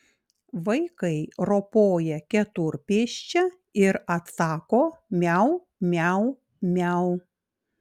vaikai ropoja keturpėsčia ir atsako miau miau miau